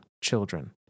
children